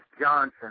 Johnson